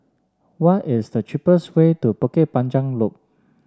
what is the cheapest way to Bukit Panjang Loop